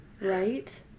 Right